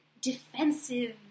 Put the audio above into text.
defensive